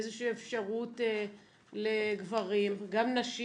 איזושהי אפשרות לגברים, גם נשים.